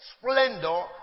splendor